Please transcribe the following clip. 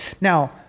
Now